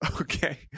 okay